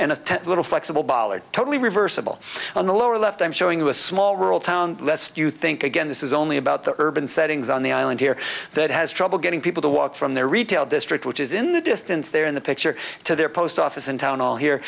and a little flexible bollard totally reversible on the lower left i'm showing you a small rural town let's you think again this is only about the urban settings on the island here that has trouble getting people to walk from their retail district which is in the distance there in the picture to their post office in town all here